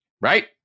right